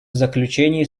заключение